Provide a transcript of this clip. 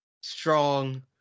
strong